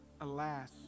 Alas